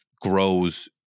grows